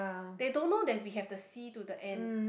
they don't know that we have the C to the end